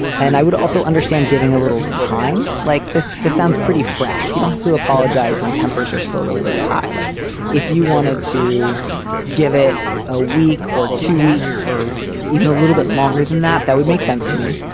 and i would also understand giving a little time like this this sounds pretty fresh. you don't have to apologize when tempers are still really, really high like if you wanted to give it a week or two weeks or even a little bit longer than that, that would make sense to me.